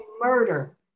murder